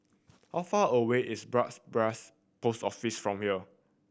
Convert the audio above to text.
how far away is Bras Basah Post Office from here